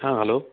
ಹಾಂ ಹಲೋ